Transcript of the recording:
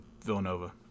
Villanova